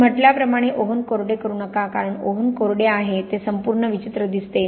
मी म्हटल्याप्रमाणे ओव्हन कोरडे करू नका कारण ओव्हन कोरडे आहे ते संपूर्ण विचित्र दिसते